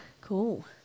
cool